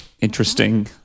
interesting